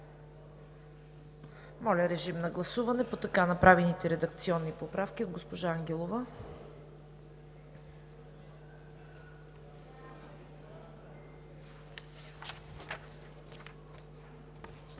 управление“. Гласуваме така направените редакционни поправки от госпожа Ангелова.